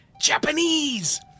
Japanese